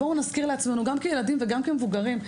בואו נזכיר לעצמנו גם כילדים וגם כמבוגרים,